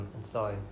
installing